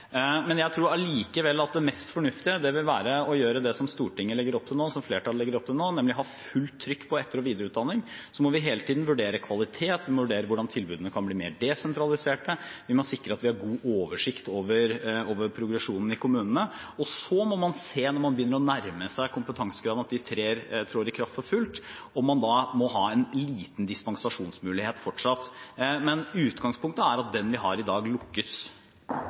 Jeg tror allikevel det mest fornuftige vil være å gjøre det som Stortinget legger opp til nå, som flertallet legger opp til nå, nemlig å ha fullt trykk på etter- og videreutdanning. Så må vi hele tiden vurdere kvalitet, vi må vurdere hvordan tilbudene kan bli mer desentralisert, og vi må sikre at vi har god oversikt over progresjonen i kommunene. Og så må man se på når man begynner å nærme seg at kompetansekravene trer i kraft for fullt, om man fortsatt må ha en liten dispensasjonsmulighet. Men utgangspunktet er at den vi har i dag, lukkes.